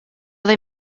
they